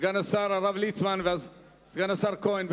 סגן השר הרב ליצמן וסגן השר כהן,